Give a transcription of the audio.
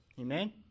Amen